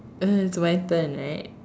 uh it's my turn right